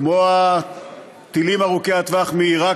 כמו הטילים ארוכי הטווח מעיראק